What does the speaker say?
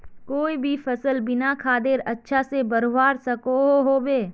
कोई भी सफल बिना खादेर अच्छा से बढ़वार सकोहो होबे?